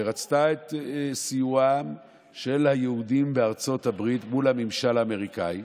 ורצתה את סיועם של היהודים בארצות הברית מול הממשל האמריקני,